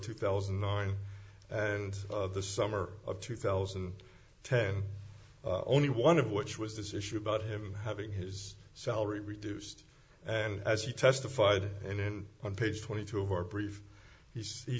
two thousand and nine and the summer of two thousand and ten only one of which was this issue about him having his salary reduced and as he testified in on page twenty two of our brief he